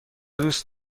دوست